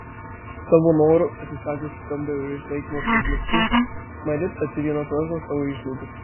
savo noru atsisakiusi kambario ir išlaikymo pas dluskius mari pati viena tvarko savo išlaidas